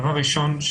דבר ראשון,